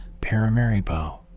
Paramaribo